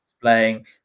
playing